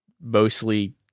mostly